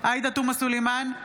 עאידה תומא סלימאן,